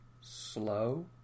slow